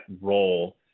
role